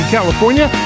California